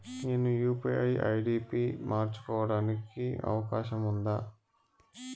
నేను UPI ID పి మార్చుకోవడానికి అవకాశం ఉందా?